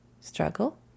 struggle